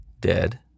dead